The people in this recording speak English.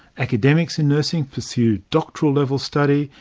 academics in nursing pursue doctoral level study,